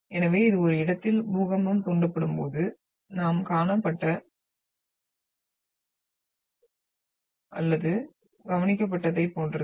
எனவே இது ஒரு இடத்தில் பூகம்பம் தூண்டப்படும்போது நன்கு காணப்பட்ட அல்லது கவனிக்கப்பட்டதைப் போன்றது